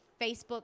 Facebook